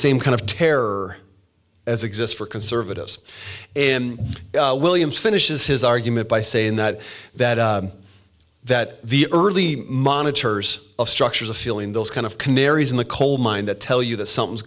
same kind of terror as exists for conservatives and williams finishes his argument by saying that that that the early monitors of structures of feeling those kind of canaries in the coal mine that tell you that something's